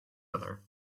other